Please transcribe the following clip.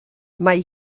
mae